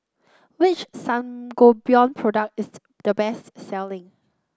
which Sangobion product is the the best selling